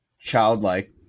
childlike